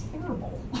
terrible